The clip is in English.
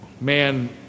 man